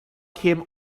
came